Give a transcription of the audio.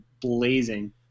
blazing